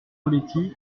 poletti